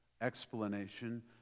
explanation